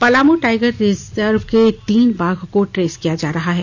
Palamu tiger reserve के तीन बाघ को ट्रेस किया जा रहा है